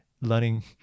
learning